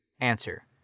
Answer